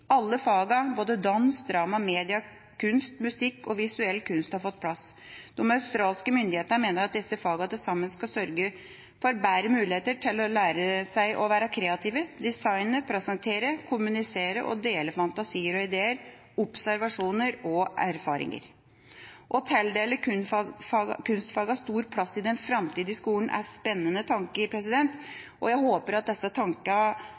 Alle fagene, både dans, drama, media, kunst, musikk og visuell kunst, har fått plass. De australske myndighetene mener at disse fagene til sammen skal sørge for bedre muligheter til å lære seg å være kreativ, designe, presentere, kommunisere og dele fantasier og ideer, observasjoner og erfaringer. Å tildele kunstfagene stor plass i den framtidige skolen er spennende tanker, og jeg håper at disse